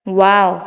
wow